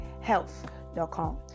health.com